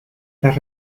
las